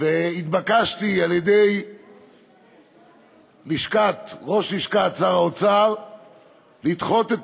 והתבקשתי על-ידי ראש לשכת שר האוצר לדחות את